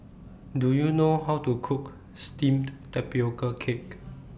Do YOU know How to Cook Steamed Tapioca Cake